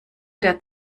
der